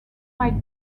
might